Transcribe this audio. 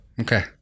Okay